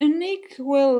unequal